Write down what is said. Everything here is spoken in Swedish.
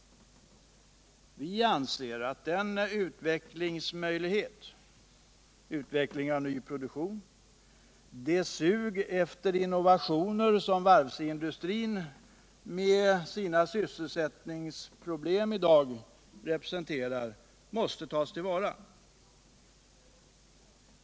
Facket anser att de utvecklingsmöjligheter när det gäller nyproduktion och det sug efter innovationer som varvsindustrin genom sina sysselsättningsproblem i dag representerar måste tas till vara.